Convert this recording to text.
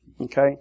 okay